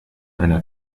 einer